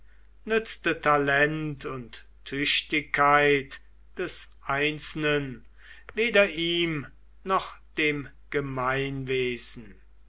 nützte talent und tüchtigkeit des einzelnen weder ihm noch dem gemeinwesen